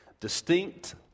distinct